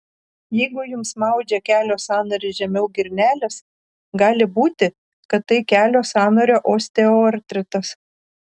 jeigu jums maudžia kelio sąnarį žemiau girnelės gali būti kad tai kelio sąnario osteoartritas